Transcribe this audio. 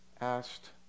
asked